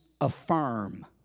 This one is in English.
affirm